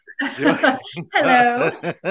Hello